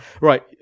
Right